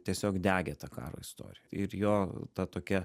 tiesiog degė ta karo istorija ir jo ta tokia